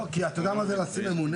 לא, כי אתה יודע מה זה לשים ממונה?